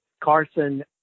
Carson